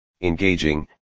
engaging